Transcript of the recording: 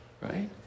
Right